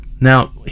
Now